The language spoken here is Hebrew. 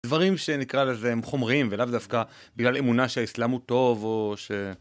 דברים שנקרא לזה מחומרים, ולאו דווקא בגלל אמונה שהאסלאם הוא טוב או ש...